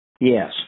Yes